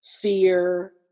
fear